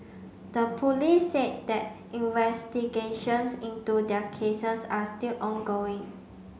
the police said that investigations into their cases are still ongoing